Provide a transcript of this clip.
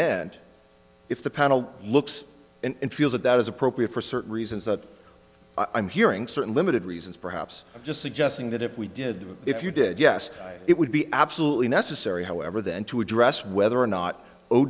remand if the panel looks and feels that that is appropriate for certain reasons that i'm hearing certain limited reasons perhaps i'm just suggesting that if we did if you did yes it would be absolutely necessary however then to address whether or not o